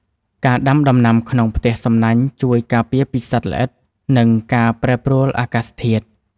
ការដាំដំណាំក្នុងផ្ទះសំណាញ់ ជួយការពារពីសត្វល្អិត និងការប្រែប្រួលអាកាសធាតុ។